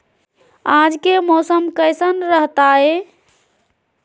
आज के मौसम कैसन रहताई?